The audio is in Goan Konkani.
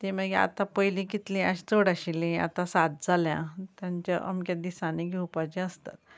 तीं मागीर आतां पयलीं कितलीं आश चड आशिल्लीं आतां सात जाल्या तंच्या अमक्यात दिसांनी घेवपाचीं आसतात